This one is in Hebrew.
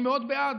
אני מאוד בעד,